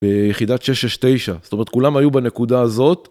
ביחידת 669, זאת אומרת כולם היו בנקודה הזאת.